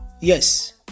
Yes